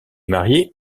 marié